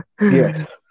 Yes